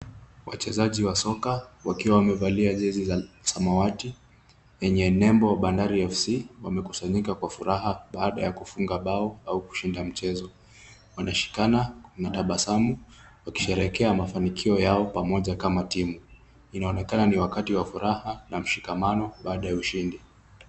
Wachezaji wa soka wakiwa wamevalia jezi za samawati yenye nembo bandar FC wamekusanyika kwa furaha baada ya kufunga bao au kushinda mchezo. Wanashikana na tabasamu wakisherehekea mafankio yao pamoja kama timu. Inaonekana ni wakati wa furaha na mshikamano baada ya ushindi.